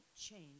change